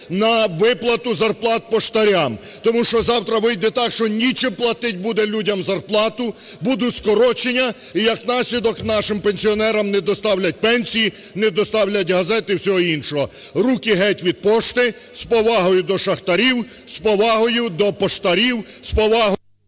на виплату зарплат поштарям, тому що завтра вийде так, що нічим платить буде людям зарплату, будуть скорочення і, як наслідок, нашим пенсіонерам не доставлять пенсії, не доставлять газет і всього іншого. Руки геть від пошти! З повагою до шахтарів, з повагою до поштарів, з повагою…